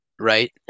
right